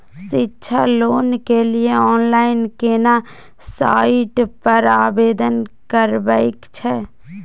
शिक्षा लोन के लिए ऑनलाइन केना साइट पर आवेदन करबैक छै?